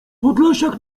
podlasiak